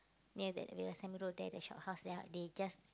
ya that the there the shophouse there lah they just